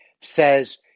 says